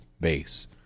base